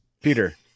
Peter